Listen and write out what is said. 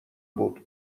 بود